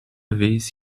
vez